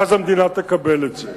ואז המדינה תקבל את זה.